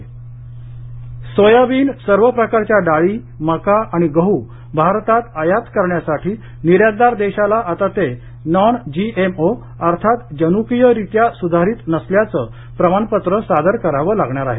Pasha Patel soybean सर्व प्रकारच्या डाळी मका आणि गहू भारतात आयात करण्यासाठी निर्यातदार देशाला आता ते नॉन जीएमओ अर्थात जनुकीयरीत्या सुधारित नसल्याचं प्रमाणपत्र सादर करावं लागणार आहे